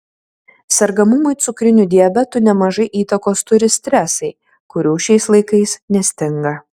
sergamumui cukriniu diabetu nemažai įtakos turi stresai kurių šiais laikais nestinga